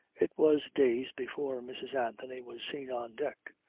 it was days before mrs. anthony was seen on deck.